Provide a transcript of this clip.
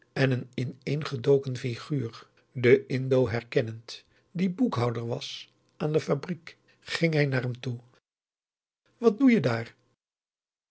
en een ineengedoken figuur den indo herkennend die boekhouder was aan de fabriek ging hij naar hem toe wat doe je daar